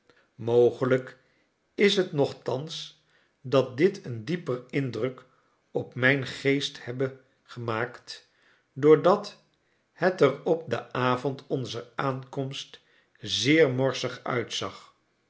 mogelijk is het nochtans dat dit een dieper indruk op mijn geest hebbe gemaakt doordat het er op den avond onzer aankomst zeer morsig uitzag